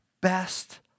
best